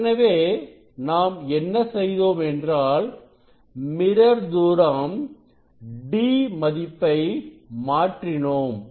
ஏற்கனவே நாம் என்ன செய்தோம் என்றால் மிரர் தூரம் d மதிப்பை மாற்றினோம்